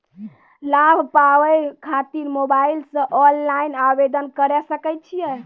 लाभ पाबय खातिर मोबाइल से ऑनलाइन आवेदन करें सकय छियै?